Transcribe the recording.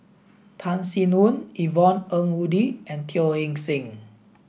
Tan Sin Aun Yvonne Ng Uhde and Teo Eng Seng